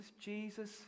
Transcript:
Jesus